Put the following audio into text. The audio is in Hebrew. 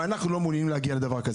ואנחנו לא מעוניינים להגיע לדבר כזה.